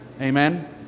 Amen